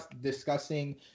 discussing